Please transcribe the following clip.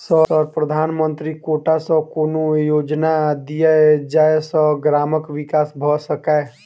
Sir प्रधानमंत्री quota सऽ कोनो योजना दिय जै सऽ ग्रामक विकास भऽ सकै?